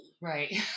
Right